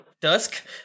Dusk